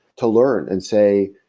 to learn and say,